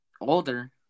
Older